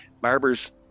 barbers